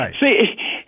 See